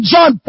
John